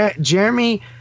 Jeremy